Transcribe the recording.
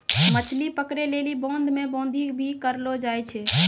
मछली पकड़ै लेली बांध मे बांधी भी करलो जाय छै